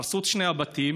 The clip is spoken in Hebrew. הרסו את שני הבתים.